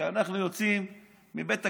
כשאנחנו יוצאים מבית הכנסת,